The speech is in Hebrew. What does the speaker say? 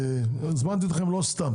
הזמנתי אותכם לא סתם,